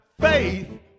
Faith